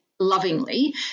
lovingly